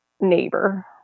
neighbor